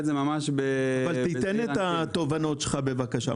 תן את התובנות שלך בבקשה.